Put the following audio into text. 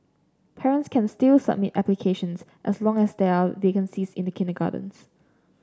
parents can still submit applications as long as there are vacancies in the kindergartens